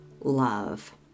love